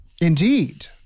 Indeed